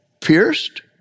Pierced